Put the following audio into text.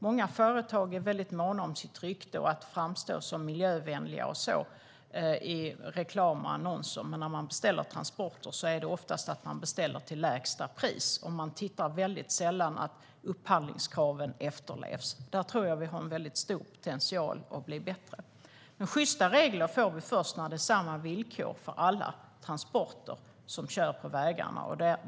Många företag är måna om sitt rykte och att framstå som miljövänliga och så vidare i reklam och i annonser. Men när man beställer transporter handlar det oftast om att beställa till lägsta pris. Man tittar sällan på om upphandlingskraven efterlevs. Där tror jag att vi har en stor potential att bli bättre. Sjysta regler får vi först när det är samma villkor för alla transporter på vägarna.